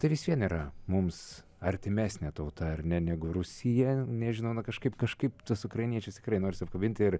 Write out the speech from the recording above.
tai vis vien yra mums artimesnė tauta ar ne negu rusija nežinau na kažkaip kažkaip tuos ukrainiečius tikrai noris apkabinti ir